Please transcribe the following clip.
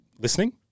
Listening